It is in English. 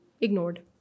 ignored